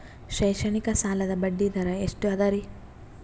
ಶೈಕ್ಷಣಿಕ ಸಾಲದ ಬಡ್ಡಿ ದರ ಎಷ್ಟು ಅದರಿ?